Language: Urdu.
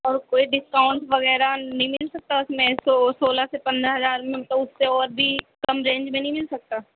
اور کوئی ڈسکاؤنٹ وغیرہ نہیں مل سکتا اس میں سولہ سے پندرہ ہزار میں تو اس سے اور بھی کم رینج میں نہیں مل سکتا